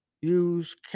use